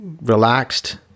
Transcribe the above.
relaxed